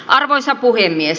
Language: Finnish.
arvoisa puhemies